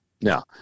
Now